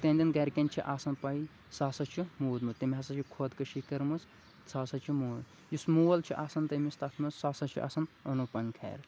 تِہٕنٛدٮ۪ن گرِکٮ۪ن چھِ آسان پےَ سُہ ہاسا چھُ موٗدمُت تٔمۍ ہاسا چھِ خۅدکٔشی کٔرمٕژ سُہ ہاسا چھُ موٗ یُس مول چھُ آسان تٔمِس تَتھ منٛز سُہ ہاسا چھُ آسان انوٗپم کھیر